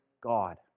God